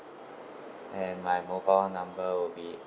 and my mobile number would be